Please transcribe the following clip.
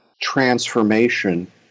transformation